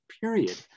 period